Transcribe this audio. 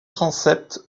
transept